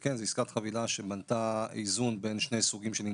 כן זאת עסקת חבילה שבנתה איזון בין שני סוגים של אינטרסים,